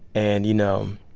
and, you know,